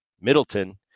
Middleton